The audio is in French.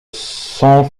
sans